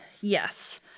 yes